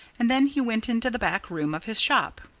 and then he went into the back room of his shop.